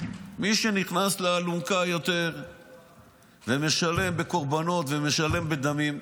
מי שנכנס יותר מתחת לאלונקה ומשלם בקורבנות ומשלם בדמים,